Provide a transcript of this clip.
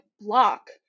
block